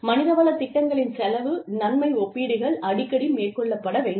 மனிதவள திட்டங்களின் செலவு நன்மை ஒப்பீடுகள் அடிக்கடி மேற்கொள்ளப்பட வேண்டும்